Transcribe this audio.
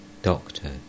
Doctor